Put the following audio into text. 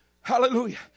Hallelujah